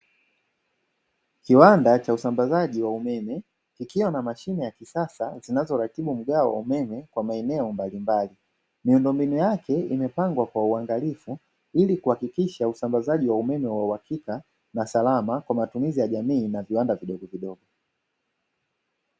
Kiwanda cha usambazaji wa umeme, kikiwa na na mashine ya kisasa zinazoratibu mgao wa umeme kwa maeneo mbalimbali, miundombinu yake imepangwa kwa uangalifu, ili kuhakikisha usambazaji wa umeme wa uhakika na salama, kwa matumizi ya jamii na viwanda vidogovidogo.